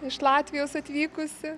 iš latvijos atvykusi